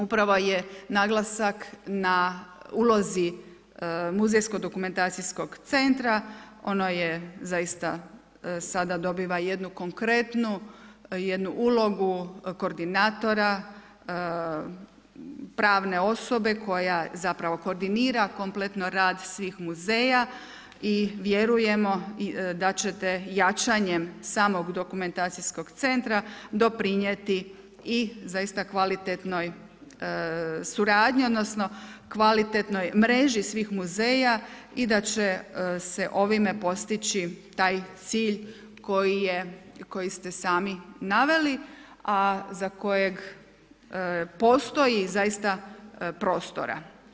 Upravo je naglasak na ulozi muzejsko dokumentacijskog centra, ono je zaista, sada dobiva jednu konkretnu, jednu ulogu koordinatora pravne osobe koja zapravo koordinira kompletno rad svih muzeja i vjerujemo da ćete jačanjem samog dokumentacijskog centra doprinijeti i zaista kvalitetnoj suradnji odnosno kvalitetnoj mreži svih muzeja i da će se ovim postići taj cilj koji je, koji ste sami naveli a za kojeg postoji zaista prostora.